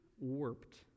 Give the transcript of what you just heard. warped